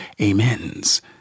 amens